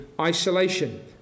isolation